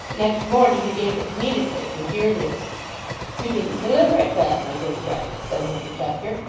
next morning he gave it to me to take and here it is you didn't deliver it then, my good friend said mr chester,